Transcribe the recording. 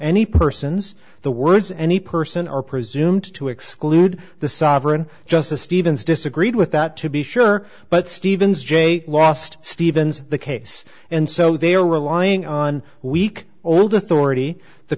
any persons the words any person are presumed to exclude the sovereign justice stevens disagreed with that to be sure but stevens jay lost stevens the case and so they are relying on weak old authority the